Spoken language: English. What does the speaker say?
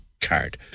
card